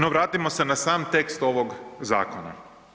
No vratimo se na sam tekst ovog zakona.